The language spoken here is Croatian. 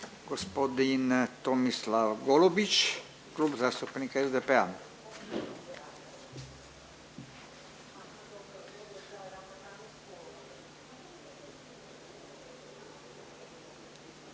Gospodin Tomislav Golubić, Klub zastupnika SDP-a.